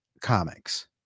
comics